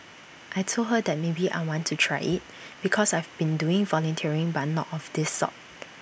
I Told her that maybe I want to try IT because I've been doing volunteering but not of this sort